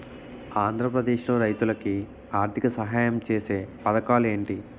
ఆంధ్రప్రదేశ్ లో రైతులు కి ఆర్థిక సాయం ఛేసే పథకాలు ఏంటి?